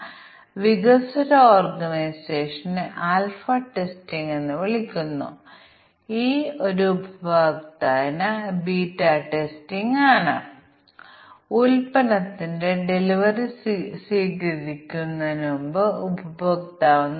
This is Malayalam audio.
അതിനാൽ വളരെയധികം പക്ഷേ നിങ്ങൾക്ക് ജോഡി തിരിച്ചുള്ള പരിശോധന 3 way testing 4 way testing 5 way testing എന്നിവ പരീക്ഷിക്കാൻ കഴിയും അതിലൂടെ ഞങ്ങൾക്ക് മിക്കവാറും എല്ലാ ബഗുകളും ലഭിക്കുമായിരുന്നു